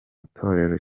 itorero